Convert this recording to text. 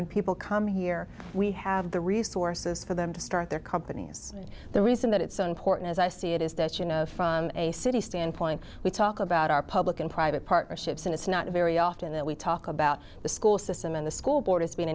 when people come here we have the resources for them to start their companies and the reason that it's so important as i see it is that you know from a city standpoint we talk about our public and private partnerships and it's not very often that we talk about the school system and the school boards being